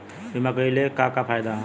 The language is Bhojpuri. बीमा कइले का का फायदा ह?